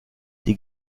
die